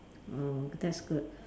oh that's good